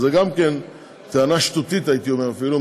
זו טענה שטותית, הייתי אומר, אפילו.